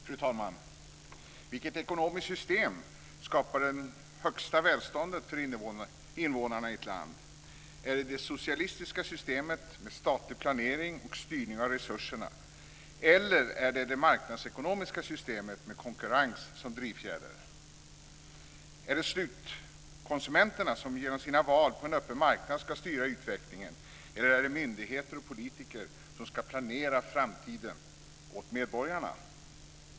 Fru talman! Vilket ekonomiskt system skapar det högsta välståndet för invånarna i ett land? Är det det socialistiska systemet med statlig planering och styrning av resurserna eller är det det marknadsekonomiska systemet med konkurrens som drivfjäder? Är det slutkonsumenterna som genom sina val på en öppen marknad ska styra utvecklingen eller är det myndigheter och politiker som ska planera framtiden åt medborgarna?